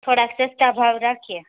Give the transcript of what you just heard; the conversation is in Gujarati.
થોડાક સસ્તા ભાવ રાખીએ